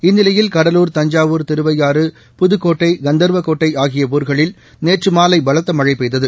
இந்நிலையில் கடலூர் தஞ்சாவூர் திருவையாறு புதுக்கோட்டை கந்தர்வக்கோட்டை ஆகிய ஊர்களில் நேற்று மாலை பலத்த மழை பெய்தது